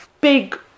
big